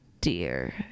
dear